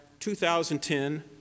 2010